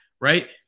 right